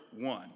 one